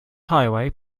highway